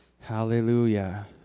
Hallelujah